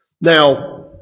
Now